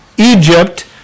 Egypt